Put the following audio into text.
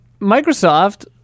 Microsoft